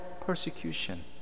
persecution